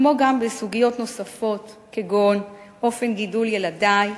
כמו גם בסוגיות נוספות כגון אופן גידול ילדי,